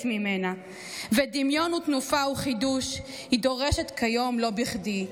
ממנה / ודמיון ותנופה וחידוש היא דורשת כיום לא בכדי!"